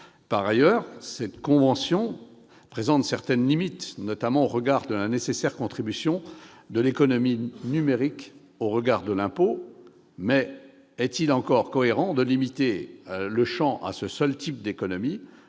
Par ailleurs, cette convention présente certaines limites, notamment au regard de la nécessaire contribution de l'économie numérique au paiement de l'impôt. Est-il toutefois encore cohérent de limiter le champ de la convention à ce seul type d'économie,